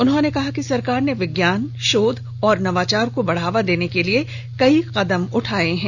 उन्होंने कहा कि सरकार ने विज्ञान शोध और नवाचार को बढ़ावा देने के लिए कई कदम उठाए हैं